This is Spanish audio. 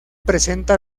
presenta